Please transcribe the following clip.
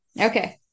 Okay